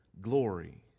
glory